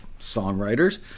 songwriters